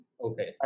Okay